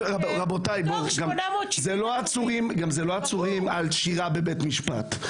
לא עצורים על שירה בבית משפט,